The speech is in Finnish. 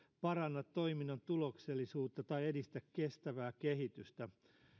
paranna toiminnan tuloksellisuutta tai edistä kestävää kehitystä